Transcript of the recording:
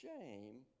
shame